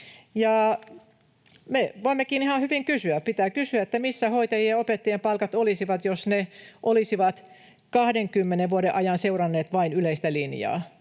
Me voimmekin ihan hyvin kysyä — pitää kysyä — missä hoitajien ja opettajien palkat olisivat, jos ne olisivat 20 vuoden ajan seuranneet vain yleistä linjaa.